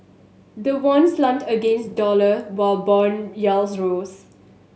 the won slumped against the dollar while bond yields rose